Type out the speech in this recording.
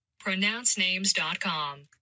Pronouncenames.com